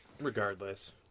Regardless